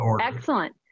Excellent